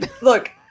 look